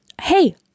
hey